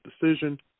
decision